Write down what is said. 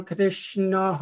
Krishna